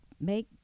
make